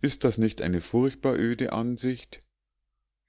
ist das nicht eine furchtbar öde ansicht